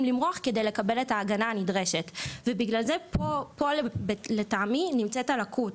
למרוח כדי לקבל את ההגנה הנדרשת ובגלל זה פה לטעמי נמצאת הלקות,